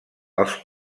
els